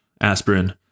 aspirin